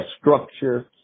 structure